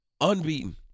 unbeaten